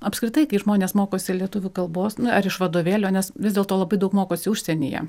apskritai kai žmonės mokosi lietuvių kalbos ar iš vadovėlio nes vis dėl to labai daug mokosi užsienyje